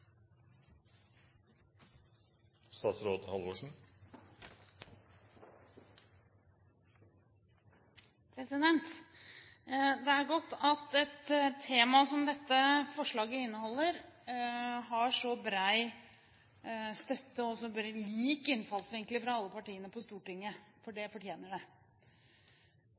at et tema som dette forslaget inneholder, har så bred støtte, og så lik innfallsvinkel, fra alle partiene på Stortinget, for det fortjener det.